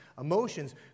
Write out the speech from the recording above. Emotions